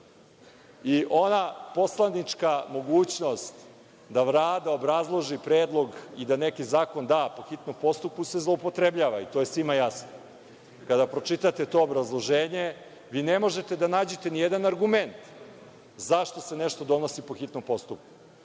i ona poslanička mogućnost da Vlada obrazloži predlog i da neki zakon da po hitnom postupku se zloupotrebljava i to je svima jasno. Kada pročitate to obrazloženje vi ne možete da nađete nijedan argument zašto se nešto donosi po hitnom postupku,